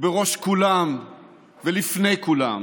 בראש כולם ולפני כולם